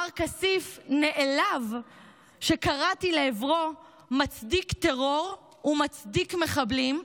מר כסיף נעלב כשקראתי לעברו מצדיק טרור ומצדיק מחבלים.